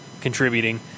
contributing